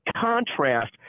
contrast